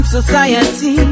Society